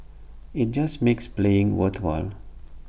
IT just makes playing worthwhile